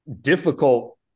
difficult